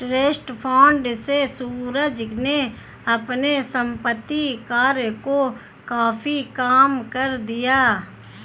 trust fund से सूरज ने अपने संपत्ति कर को काफी कम कर दिया